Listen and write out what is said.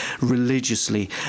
religiously